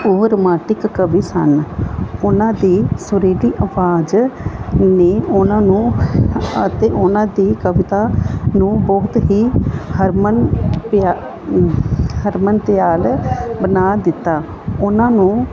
ਉਹ ਰੋਮਾਟਿਕ ਕਵੀ ਸਨ ਉਹਨਾਂ ਦੀ ਸੁਰੀਲੀ ਆਵਾਜ਼ ਨੇ ਉਹਨਾਂ ਨੂੰ ਅਤੇ ਉਹਨਾਂ ਦੀ ਕਵਿਤਾ ਨੂੰ ਬਹੁਤ ਹੀ ਹਰਮਨ ਪਿਆ ਹਰਮਨ ਤਿਆਰ ਬਣਾ ਦਿੱਤਾ ਉਹਨਾਂ ਨੂੰ